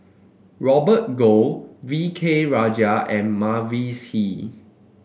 Robert Goh V K Rajah and Mavis Hee